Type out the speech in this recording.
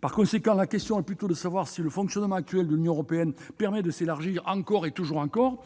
Par conséquent, la question est plutôt de savoir si le fonctionnement actuel de l'Union européenne lui permet de s'élargir encore et encore.